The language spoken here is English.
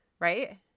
right